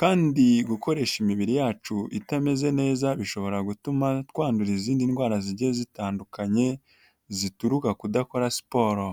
kandi gukoresha imibiri yacu itameze neza bishobora gutuma twandura izindi ndwara zigiye zitandukanye zituruka kudakora siporo.